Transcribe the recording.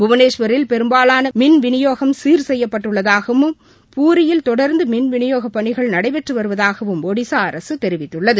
புவனேஸ்வரில் பெரும்பாலானமின் விநியோகம் சீர்செய்யப்பட்டுள்ளதாகவும் பூரியில் தொடர்ந்துமின் விநியோகபணிகள் நடைபெற்றுவருவதாகவும் ஒடிசாஅரசுதெரிவித்துள்ளது